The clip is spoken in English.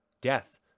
Death